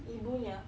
ibu punya